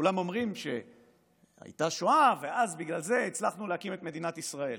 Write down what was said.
כולם אומרים שהייתה שואה ואז בגלל זה הצלחנו להקים את מדינת ישראל.